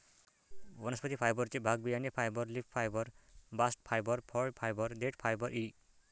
वनस्पती फायबरचे भाग बियाणे fibre, leaf fibre, bast fibre, फळ फायबर, देठ फायबर इ